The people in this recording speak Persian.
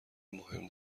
مهم